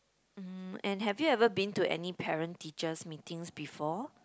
mm and have you ever been to any parent teachers Meetings before